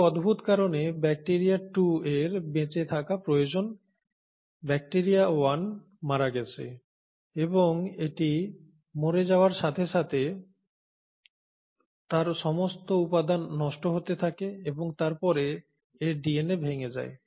কিছু অদ্ভুত কারণে ব্যাকটেরিয়া 2 এর বেঁচে থাকা প্রয়োজন ব্যাকটেরিয়া 1 মারা গেছে এবং এটি মরে যাওয়ার সাথে সাথে তার সমস্ত উপাদান নষ্ট হতে থাকে এবং তারপরে এর ডিএনএ ভেঙে যায়